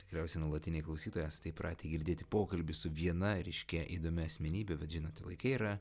tikriausiai nuolatiniai klausytoja įpratę girdėti pokalbį su viena ryškia įdomia asmenybe bet žinot laikai yra